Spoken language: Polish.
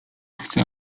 chce